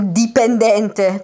dipendente